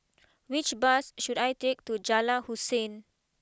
which bus should I take to Jalan Hussein